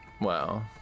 wow